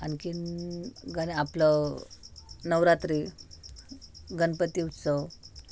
आणखी गरा आपलं नवरात्री गणपती उत्सव